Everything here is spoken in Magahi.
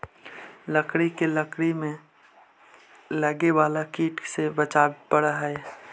लकड़ी के लकड़ी में लगे वाला कीट से बचावे पड़ऽ हइ